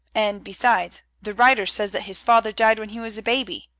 and, besides, the writer says that his father died when he was a baby.